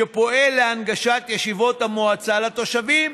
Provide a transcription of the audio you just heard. פועל להנגשת ישיבות המועצה לתושבים.